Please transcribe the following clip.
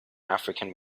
african